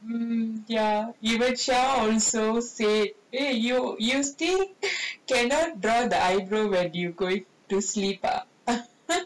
ya you will show also say eh you you still cannot draw the eyebrow when you going to sleep ah